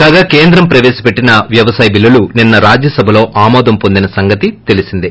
కాగా కేంద్రం ప్రపేశపెట్లిన వ్యవసాయ బిల్లులు నిన్న రాజ్యసభలో ఆమోదం పొందిన సంగతి తెలిసిందే